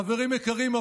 חברים יקרים,